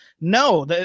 No